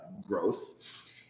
growth